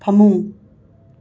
ꯐꯃꯨꯡ